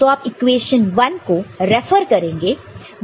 तो आप इक्वेशन 1 को रेफर करेंगे